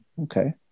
okay